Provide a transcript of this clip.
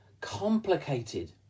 complicated